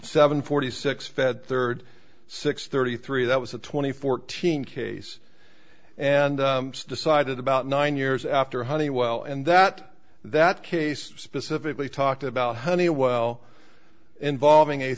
seven forty six fed third six thirty three that was a twenty fourteen case and decided about nine years after honeywell and that that case specifically talked about honeywell involving a